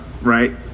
right